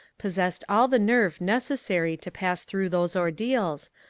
possessed all the nerve necessary to pass through those ordeals,